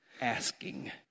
asking